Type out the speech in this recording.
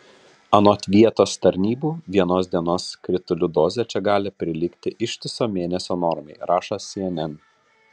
anot vietos tarnybų vienos dienos kritulių dozė čia gali prilygti ištiso mėnesio normai rašo cnn